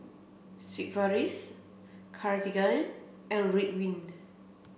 Sigvaris Cartigain and Ridwind